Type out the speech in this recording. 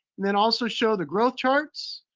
then also show the growth charts,